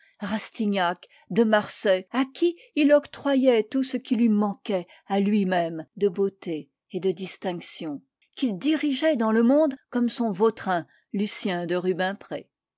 rastignac de marsay à qui il octroyait tout ce qui lui manquait à lui même de beauté et de distinction qu'il dirigeait dans le monde comme son vautrin lucien de rubempré